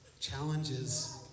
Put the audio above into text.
challenges